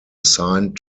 assigned